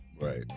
Right